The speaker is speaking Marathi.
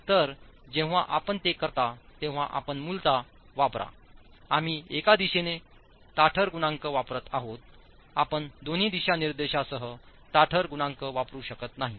तर जेव्हा आपण ते करता तेव्हा आपण मूलत वापरा आम्ही एका दिशेने ताठर गुणांक वापरत आहोत आपण दोन्ही दिशानिर्देशांसह ताठर गुणांक वापरु शकत नाही